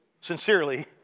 sincerely